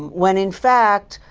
when in fact,